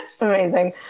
Amazing